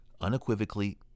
unequivocally